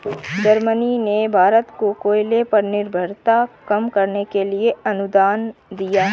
Germany ने भारत को कोयले पर निर्भरता कम करने के लिए अनुदान दिया